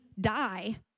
die